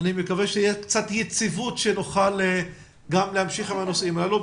אני מקווה שתהיה קצת יציבות כדי שנוכל להמשיך בנושאים הללו.